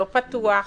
לא פתוח,